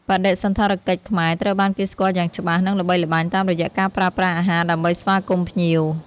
បដិសណ្ឋារកិច្ចខ្មែរត្រូវបានគេស្គាល់យ៉ាងច្បាស់ និងល្បីល្បាញតាមរយៈការប្រើប្រាស់អាហារដើម្បីស្វាគមន៍ភ្ញៀវ។